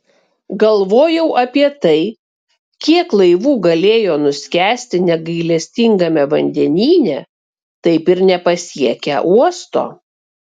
galvojau apie tai kiek laivų galėjo nuskęsti negailestingame vandenyne taip ir nepasiekę uosto